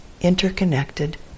interconnected